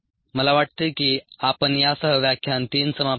मला वाटते की आपण यासह व्याख्यान 3 समाप्त करू